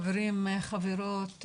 חברים וחברות,